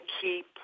keep